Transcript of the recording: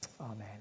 Amen